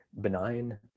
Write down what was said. benign